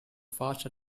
fast